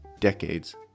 decades